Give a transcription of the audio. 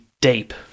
deep